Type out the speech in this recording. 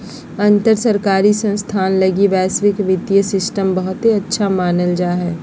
अंतर सरकारी संस्थान लगी वैश्विक वित्तीय सिस्टम बहुते अच्छा मानल जा हय